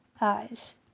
eyes